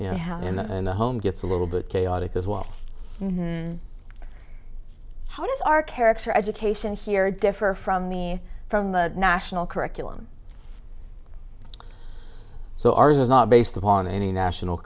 you know how in the home gets a little bit chaotic as well how does our character education here differ from me from the national curriculum so ours is not based upon any national